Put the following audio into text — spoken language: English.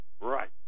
Right